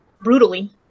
brutally